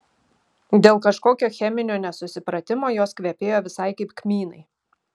dėl kažkokio cheminio nesusipratimo jos kvepėjo visai kaip kmynai